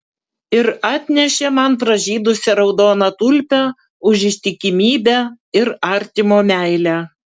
ir atnešė man pražydusią raudoną tulpę už ištikimybę ir artimo meilę